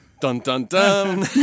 Dun-dun-dun